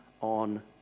on